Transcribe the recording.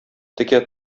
текә